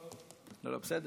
אבל בסדר.